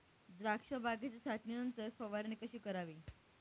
द्राक्ष बागेच्या छाटणीनंतर फवारणी कशी करावी?